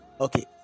Okay